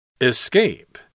ESCAPE